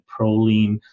proline